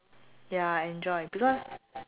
ya I enjoy because